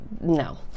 No